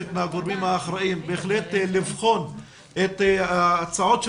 מבקשת מהגורמים האחראיים לבחון את ההצעות של